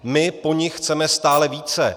My po nich chceme stále více.